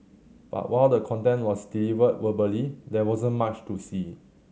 but while the content was delivered verbally there wasn't much to see